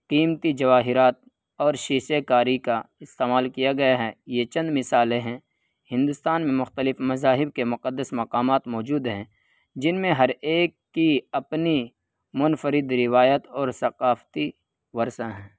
قیمتی جواہرات اور شیسے کاری کا استعمال کیا گیا ہے یہ چند مثالیں ہیں ہندوستان میں مختلف مذاہب کے مقدس مقامات موجود ہیں جن میں ہر ایک کی اپنی منفرد روایت اور ثقافتی ورثہ ہیں